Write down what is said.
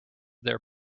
their